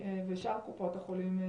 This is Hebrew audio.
ושאר קופות החולים,